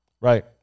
Right